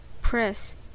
Press